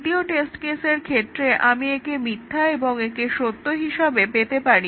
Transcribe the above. দ্বিতীয় টেস্ট কেসের ক্ষেত্রে আমি একে মিথ্যা এবং একে সত্য হিসাবে পেতে পারি